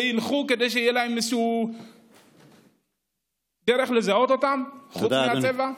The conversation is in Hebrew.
כדי שתהיה איזושהי דרך לזהות אותם חוץ מהצבע?